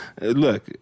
look